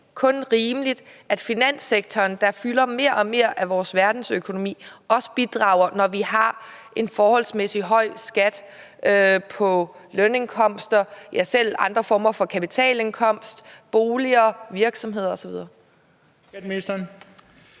kun rimeligt, at finanssektoren, der fylder mere og mere af verdensøkonomien, også bidrager, når vi har en forholdsmæssigt høj skat på lønindkomster, ja, selv andre former for kapitalindkomst, boliger, virksomheder osv.? Kl. 18:15 Den